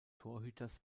torhüters